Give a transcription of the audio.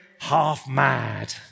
half-mad